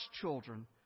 children